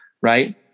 right